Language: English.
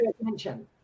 attention